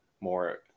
more